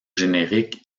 génériques